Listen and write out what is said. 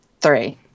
three